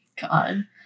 God